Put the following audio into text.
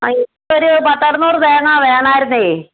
ആ എനിക്ക് ഒരു പത്ത് അറുന്നൂറ് തേങ്ങ വേണമായിരുന്നു